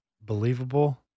believable